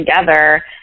together